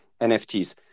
NFTs